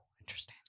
Interesting